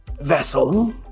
vessel